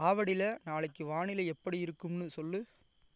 ஆவடியில் நாளைக்கு வானிலை எப்படி இருக்கும்னு சொல்